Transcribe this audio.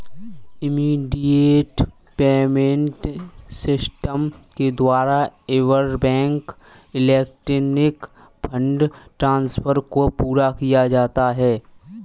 immediate payment system के द्वारा interbank electronic fund transfer को पूरा किया जाता है